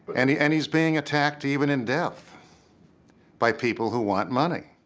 any and he's being attacked even in death by people who want money